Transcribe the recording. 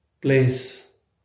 place